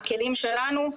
הכלים שלנו,